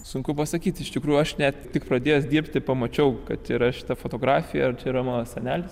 sunku pasakyt iš tikrųjų aš net tik pradėjęs dirbti pamačiau kad yra šita fotografija ir čia yra mano senelis